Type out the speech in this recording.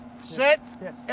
Set